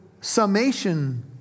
summation